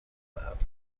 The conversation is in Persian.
دهد